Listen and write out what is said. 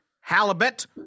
halibut